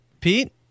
Pete